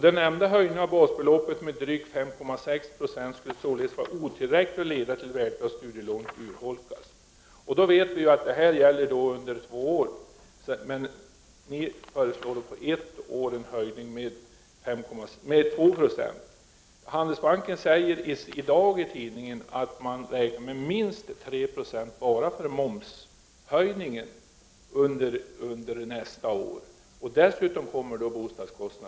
Den nämnda höjningen av basbeloppet med drygt 5,6 70 skulle således vara otillräcklig och leda till att värdet av studielånet urholkas. Vi vet att det här gäller under två år. Ni föreslår dock en höjning med 2 90 på ett år. — Prot. 1989/90:30 Handelsbanken säger i dag i massmedia att man räknar med minst 3 26 bara — 21 november 1989 för momshöjningen under nästa år. Dessutom kommer boendekostnaderna ZI till.